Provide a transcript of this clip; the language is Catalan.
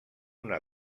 una